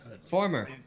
Former